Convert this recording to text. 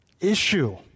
issue